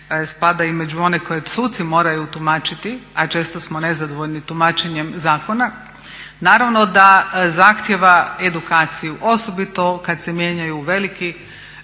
spada i među one koje suci moraju tumačiti a često smo nezadovoljni tumačenjem zakona naravno da zahtjeva edukaciju osobito kada se mijenjaju veliki